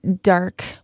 dark